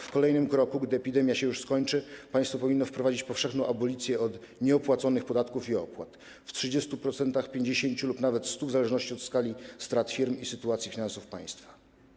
W kolejnym kroku, gdy epidemia się już skończy, państwo powinno wprowadzić powszechną abolicję od nieopłaconych podatków i opłat w 30%, 50% lub nawet 100%, w zależności od skali strat firm i sytuacji finansów państwa.